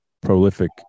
prolific